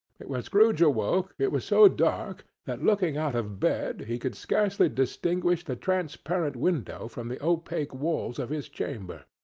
when scrooge awoke, it was so dark, that looking out of bed, he could scarcely distinguish the transparent window from the opaque walls of his chamber.